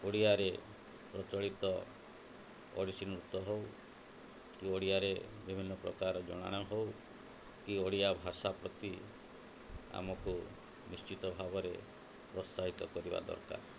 ଓଡ଼ିଆରେ ପ୍ରଚଳିତ ଓଡ଼ିଶୀ ନୃତ୍ୟ ହଉ କି ଓଡ଼ିଆରେ ବିଭିନ୍ନ ପ୍ରକାର ଜଣାଣ ହଉ କି ଓଡ଼ିଆ ଭାଷା ପ୍ରତି ଆମକୁ ନିଶ୍ଚିତ ଭାବରେ ପ୍ରୋତ୍ସାହିତ କରିବା ଦରକାର